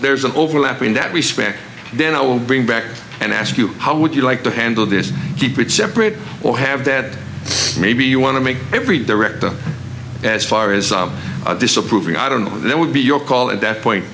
there's an overlap in that respect then i will bring back and ask you how would you like to handle this keep it separate or have dead maybe you want to make every director as far as disapproving i don't know that would be your call it that point